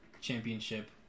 championship